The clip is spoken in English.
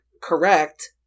correct